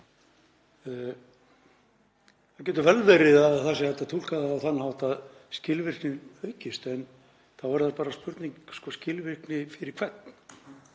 Það getur vel verið að það sé hægt að túlka það á þann hátt að skilvirkni aukist en þá er það bara spurning: Skilvirkni fyrir hvern?